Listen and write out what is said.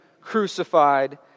crucified